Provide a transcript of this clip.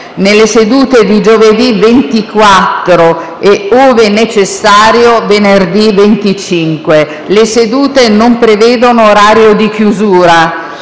nelle sedute di giovedì 24 e, ove necessario, venerdì 25. Le sedute non prevedono orario di chiusura.